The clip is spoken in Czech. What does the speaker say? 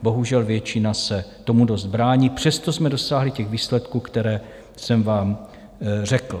Bohužel, většina se tomu dost brání, přesto jsme dosáhli těch výsledků, které jsem vám řekl.